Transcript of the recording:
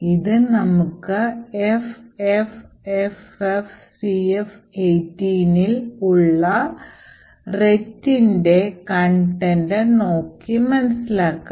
ഇത് നമുക്ക് FFFFCF18 ൽ ഉള്ള RETന്റെ നോക്കി മനസ്സിലാക്കാം